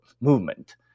movement